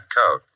coat